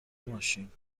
ماشین